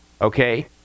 okay